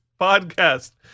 podcast